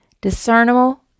discernible